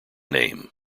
name